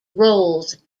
rolls